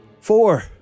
Four